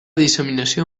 disseminació